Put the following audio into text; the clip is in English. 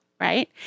right